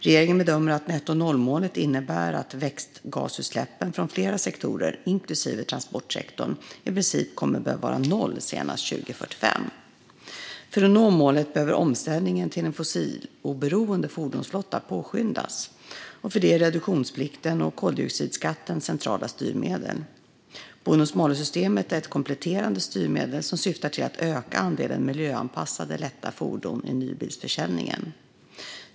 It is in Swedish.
Regeringen bedömer att nettonollmålet innebär att växthusgasutsläppen från flera sektorer, inklusive transportsektorn, i princip kommer att behöva vara noll senast 2045. För att nå målet behöver omställningen till en fossiloberoende fordonsflotta påskyndas, och för detta är reduktionsplikten och koldioxidskatten centrala styrmedel. Bonus-malus-systemet är ett kompletterande styrmedel som syftar till att öka andelen miljöanpassade lätta fordon i nybilsförsäljningen.